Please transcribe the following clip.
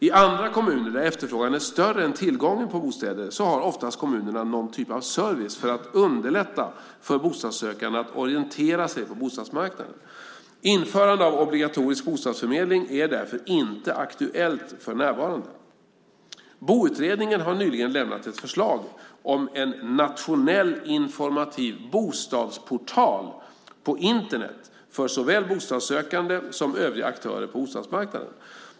I andra kommuner där efterfrågan är större än tillgången på bostäder har oftast kommunerna någon typ av service för att underlätta för bostadssökande att orientera sig på bostadsmarknaden. Införande av obligatorisk bostadsförmedling är därför inte aktuellt för närvarande. Boutredningen har nyligen lämnat ett förslag om en nationell informativ bostadsportal på Internet för såväl bostadssökande som övriga aktörer på bostadsmarknaden.